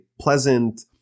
pleasant